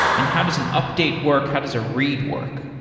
and how does an update work, how does a read work?